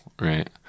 Right